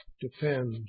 depends